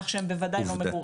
כך שהן בוודאי לא.